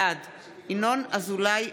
בעד ינון אזולאי,